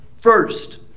First